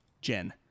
Jen